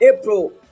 April